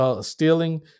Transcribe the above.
stealing